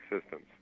systems